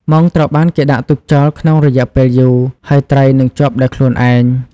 មងត្រូវបានគេដាក់ទុកចោលក្នុងរយៈពេលយូរ ហើយត្រីនឹងជាប់ដោយខ្លួនឯង។